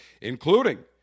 including